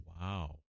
Wow